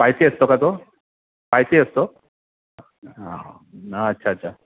spicy असतो का तो स्पायसी असतो अच्छा अच्छा